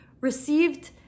received